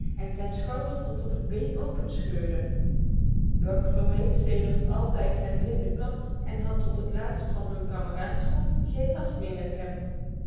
en zijn schouder tot op het been openscheurde buck vermeed sedert altijd zijn blinde kant en had tot het laatst van hun kameraadschap geen last meer met hem